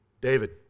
David